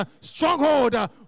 stronghold